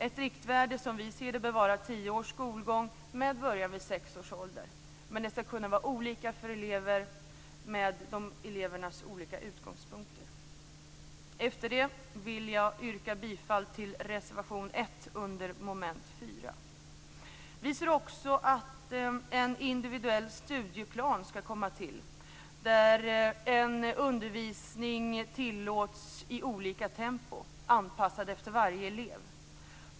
Ett riktvärde bör, som vi ser det, vara tio års skolgång med början vid sex års ålder. Men det skall kunna vara olika för olika elever, med tanke på elevernas olika utgångspunkter. Efter det vill jag yrka bifall till reservation 1 under mom. 4. Vi anser också att en individuell studieplan skall komma till, där undervisning i olika tempon tillåts, anpassad efter varje elev.